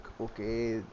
okay